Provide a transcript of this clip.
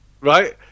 Right